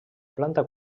planta